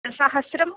सहस्रम्